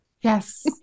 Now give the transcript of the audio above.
Yes